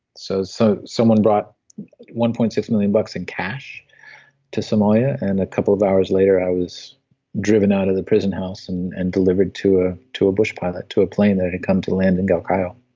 so so someone brought one point six million dollars bucks in cash to somalia, and a couple of hours later i was driven out of the prison house, and and delivered to ah to a bush pilot, to a plane that had come to land in galkayo